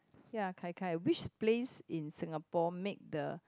ya gai gai which place in Singapore make the